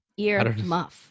Earmuff